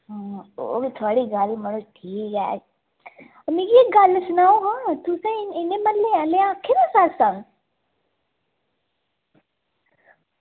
हां ओह् थुआढ़ी गल्ल मड़ो ठीक ऐ मिगी इक गल्ल सनाओ हां तुसेंगी इ'नें म्हल्ले आह्लें आक्खे दा सत्संग